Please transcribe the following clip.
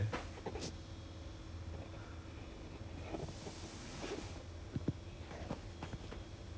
好看 mah because I only started at the beginning then after that err like 家里有东西做 lah so I I I stop watching